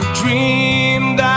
dreamed